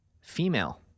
female